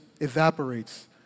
evaporates